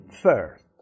first